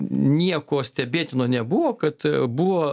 nieko stebėtino nebuvo kad buvo